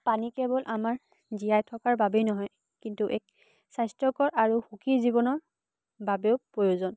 পানী কেৱল আমাৰ জীয়াই থকাৰ বাবেই নহয় কিন্তু এক স্বাস্থ্যকৰ আৰু সুখী জীৱনৰ বাবেও প্ৰয়োজন